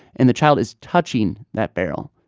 and the child is touching that barrel.